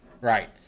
right